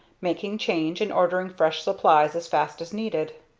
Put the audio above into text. making change and ordering fresh supplies as fast as needed.